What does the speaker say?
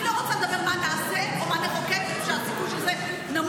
אני לא רוצה לדבר על מה נעשה או מה נחוקק כשהסיכוי של זה נמוך,